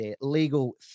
legal